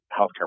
healthcare